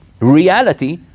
reality